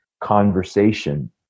conversation